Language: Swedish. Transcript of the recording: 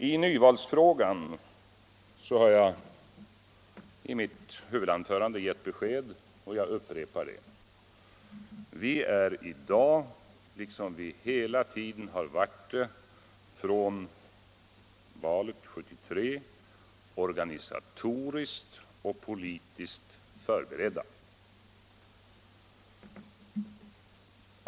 I nyvalsfrågan har jag i mitt huvudanförande gett besked, och jag upprepar det: Vi är i dag — liksom vi varit det hela tiden sedan valet 1973 — organisatoriskt och politiskt förberedda.